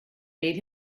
made